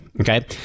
Okay